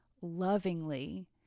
lovingly